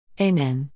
Amen